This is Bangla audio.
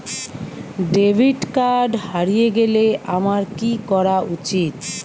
ডেবিট কার্ড হারিয়ে গেলে আমার কি করা উচিৎ?